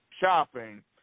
shopping